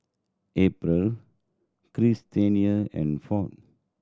April Christena and Ford